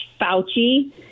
Fauci